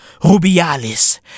Rubiales